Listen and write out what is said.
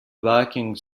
viking